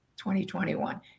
2021